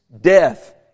death